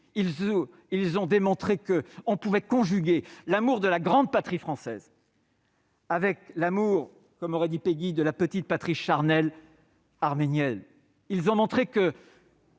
ils ont démontré que l'on pouvait conjuguer l'amour de la grande patrie française avec l'amour, comme aurait dit Péguy, de la petite patrie charnelle arménienne. Ils ont montré que